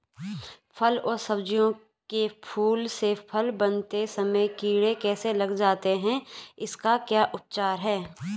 फ़ल व सब्जियों के फूल से फल बनते समय कीड़े कैसे लग जाते हैं इसका क्या उपचार है?